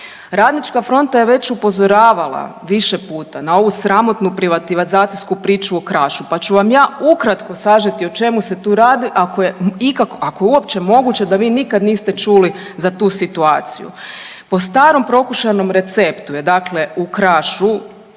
Radnička fronta je već upozoravala više puta na ovu sramotnu privatizacijsku priču o Krašu, pa ću vam ja ukratko sažeti o čemu se tu radi, ako je ikako, ako je uopće moguće da vi nikad niste čuli za tu situaciju. Po stalom prokušanom receptu je dakle u Krašu,